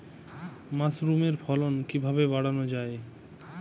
মাসরুমের ফলন কিভাবে বাড়ানো যায়?